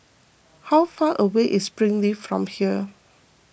how far away is Springleaf from here